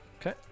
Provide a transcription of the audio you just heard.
Okay